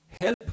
help